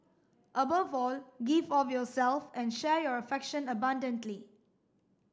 above all give of yourself and share your affection abundantly